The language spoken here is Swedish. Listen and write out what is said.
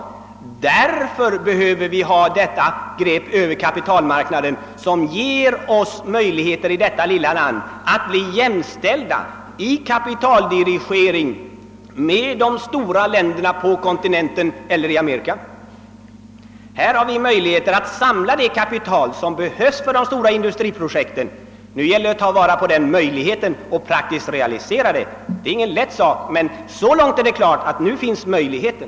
Av denna anledning behöver vi ha detta grepp över kapitalmarknaden som ger oss i vårt lilla land möjlighet att bli jämställda med de stora länderna på kontinenten eller i Amerika i fråga om kapitaldirigering. Här har vi möjlighet att samla det kapital som behövs för de stora industriprojekten. Nu gäller det att ta vara på den chansen och praktiskt realisera den. Det är ingen lätt sak, men så långt är det klart, att nu finns den möjligheten.